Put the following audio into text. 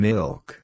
Milk